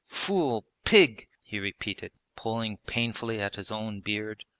fool! pig he repeated, pulling painfully at his own beard.